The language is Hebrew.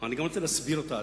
אני רוצה להסביר אותה,